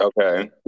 Okay